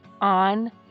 on